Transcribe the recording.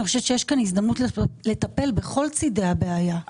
אני חושבת שיש כאן הזדמנות לטפל בכל צידי הבעיה,